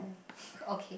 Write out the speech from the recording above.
okay